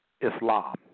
Islam